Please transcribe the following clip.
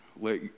Let